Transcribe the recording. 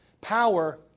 power